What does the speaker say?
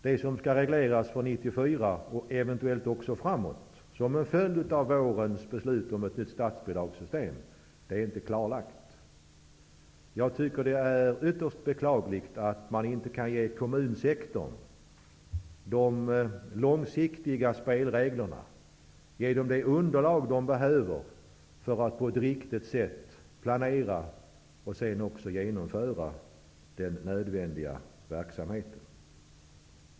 Regleringen för år 1994 och eventuellt också framöver, som en följd av vårens beslut om ett nytt statsbidragssystem, är inte klar. Det är ytterst beklagligt att man inte kan ge kommunsektorn spelregler på lång sikt och det underlag som behövs för att man på ett riktigt sätt skall kunna planera och genomföra den nödvändiga verksamheten.